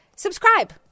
subscribe